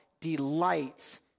delights